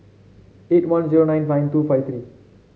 eight one zero nine nine two five three